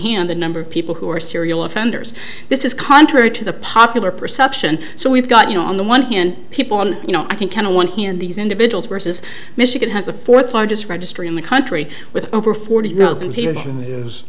hand the number of people who are serial offenders this is contrary to the popular perception so we've got you know on the one hand people on you know i can count on one hand these individuals were says michigan has a fourth largest registry in the country with